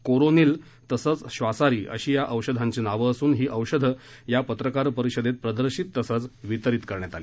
कोरोनिल तसंच श्वासारी अशी या औषधांची नावं असून ही औषधं या पत्रकार परिषदेत प्रदर्शित तसंच वितरित करण्यात आली